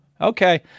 Okay